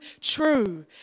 true